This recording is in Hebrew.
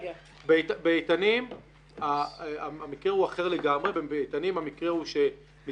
באיתנים המקרה הוא אחר לגמרי.